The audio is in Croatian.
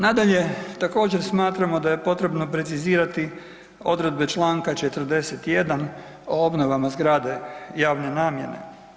Nadalje, također smatramo da je potrebno precizirati odredbe čl. 41. o obnovama zgrade javne namjene.